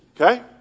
okay